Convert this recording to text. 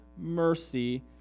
mercy